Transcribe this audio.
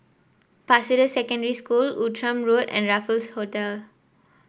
Pasir Ris Secondary School Outram Road and Raffles Hotel